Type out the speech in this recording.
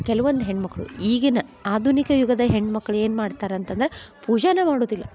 ಕೆಲವೊಂದು ಹೆಣ್ಣುಮಕ್ಳು ಈಗಿನ ಆಧುನಿಕ ಯುಗದ ಹೆಣ್ಣುಮಕ್ಳು ಏನು ಮಾಡ್ತಾರೆ ಅಂತಂದ್ರೆ ಪೂಜೆನೇ ಮಾಡುವುದಿಲ್ಲ